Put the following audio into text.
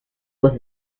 was